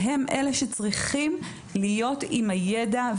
והם אלה שצריכים להיות עם הידע,